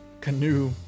canoe